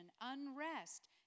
unrest